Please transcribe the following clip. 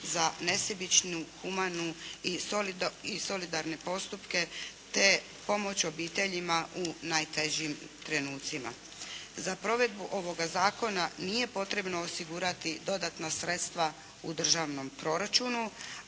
za nesebičnu, humanu i solidarne postupke te pomoć obiteljima u najtežim trenucima. Za provedbu ovoga zakona nije potrebno osigurati dodatna sredstva u državnom proračunu